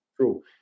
true